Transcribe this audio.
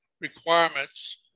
requirements